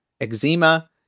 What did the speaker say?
eczema